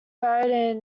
buried